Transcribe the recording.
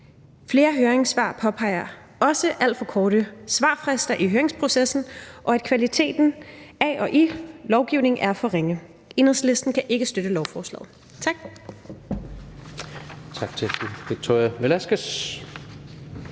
Flere høringssvar påpeger også alt for korte svarfrister i høringsprocessen, og at kvaliteten af og i lovgivningen er for ringe. Enhedslisten kan ikke støtte lovforslaget. Tak.